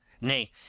nay